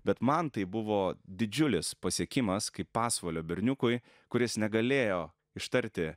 bet man tai buvo didžiulis pasiekimas kaip pasvalio berniukui kuris negalėjo ištarti